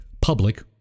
public